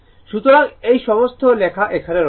সুতরাং এই সমস্ত লেখা এখানে রয়েছে